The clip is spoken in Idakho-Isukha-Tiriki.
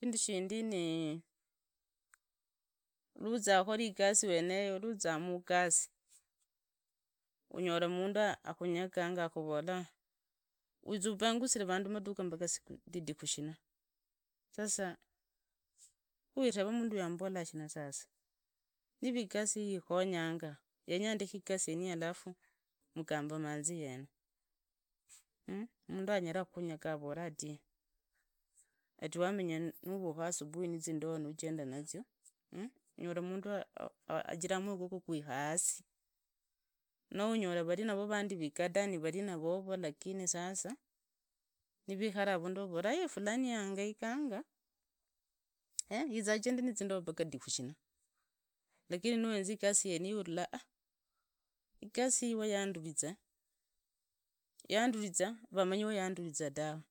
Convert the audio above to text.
Shindu shindig ni ruuza mugooi unyoro mundu akhunyekoge akhuvola wiza ubongusire vandu maduka mpaka vidiku shina. Sasa khuireva mundu uyu akhuvola shina sasa niva igasi iyi ikhonyonga yenya ndekhe igasi yeneyi alafu mugamba ma nzicna mmh mundu anyara khunyeka akhuvora ati wamenya ni uvukha aubuhi ni zindoho ni ujenda nazio, unyora varina vovo viigada ni varina vovo